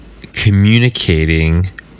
communicating